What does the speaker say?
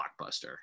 blockbuster